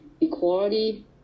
equality